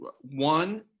One